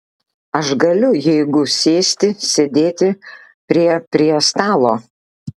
aš galiu jeigu sėsti sėdėti prie prie stalo